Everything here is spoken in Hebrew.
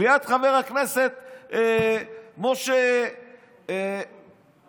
ליד חבר הכנסת משה אבוטבול.